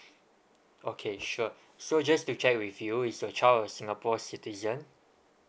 okay sure so just to check with you is your child a singapore citizen